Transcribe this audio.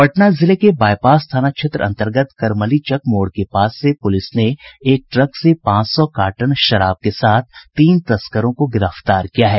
पटना जिले के बाईपास थाना क्षेत्र अंतर्गत करमली चक मोड़ के पास से पुलिस ने एक ट्रक से पांच सौ कार्टन शराब के साथ तीन तस्करों को गिरफ्तार किया है